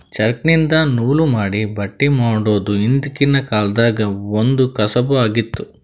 ಚರಕ್ದಿನ್ದ ನೂಲ್ ಮಾಡಿ ಬಟ್ಟಿ ಮಾಡೋದ್ ಹಿಂದ್ಕಿನ ಕಾಲ್ದಗ್ ಒಂದ್ ಕಸಬ್ ಆಗಿತ್ತ್